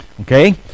Okay